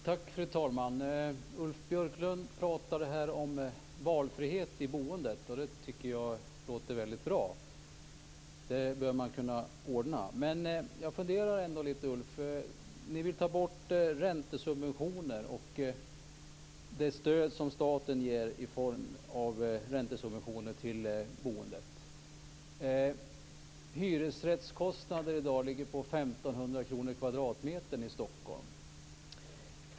Fru talman! Ulf Björklund pratade om valfrihet i boendet. Det tycker jag låter väldigt bra. Det bör man kunna ordna. Men jag funderar ändå lite, Ulf Björklund. Ni vill ta bort räntesubventioner och det stöd som staten ger i form av räntesubventioner till boendet. Hyresrättskostnaden ligger i dag på 1 500 kr per kvadratmeter i Stockholm.